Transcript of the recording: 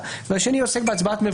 (ב)